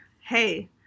hey